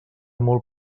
molt